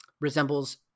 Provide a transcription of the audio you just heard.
resembles